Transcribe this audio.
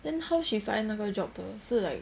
then how she find 那个 job 的是 like